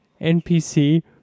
npc